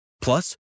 Plus